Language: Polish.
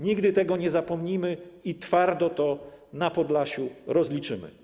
Nigdy tego nie zapomnimy i twardo to na Podlasiu rozliczymy.